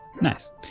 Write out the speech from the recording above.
Nice